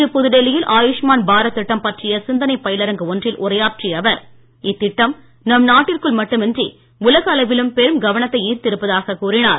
இன்று புதுடெல்லியில் ஆயூஷ்மான் பாரத் திட்டம் பற்றிய சிந்தனை பயிலரங்கு ஒன்றில் உரையாற்றிய அவர் இத்திட்டம் நம் நாட்டிற்குள் மட்டுமின்றி உலக அளவிலும் பெரும் கவனத்தை ஈர்த்து இருப்பதாக கூறினார்